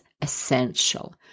essential